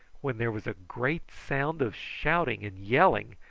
when there was a great sound of shouting and yelling,